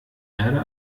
erde